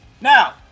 Now